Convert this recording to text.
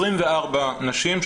24 נשים,